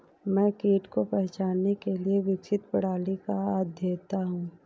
मैं कीट को पहचानने के लिए विकसित प्रणाली का अध्येता हूँ